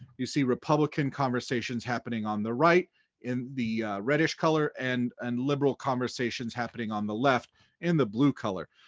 you see republican conversations happening on the right in the reddish color, and and liberal conversations happening on the left in the blue color.